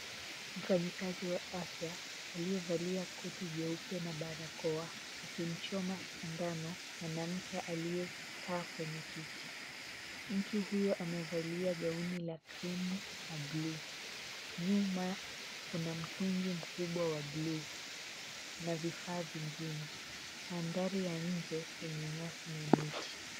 Mfanyikazi wa afya aliyevalia koti jeupe na barakoa, akimchoma sindano mwanamke aliyekaa kwenye kiti. Mtu huyo amevalia gauni la krimu na bluu. Nyuma kuna mtungi mkubwa wa bluu na vifaa vingine. Mandhari ya nje yenye nyasi na miti.